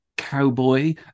Cowboy